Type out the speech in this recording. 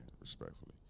respectfully